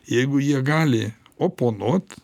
jeigu jie gali oponuot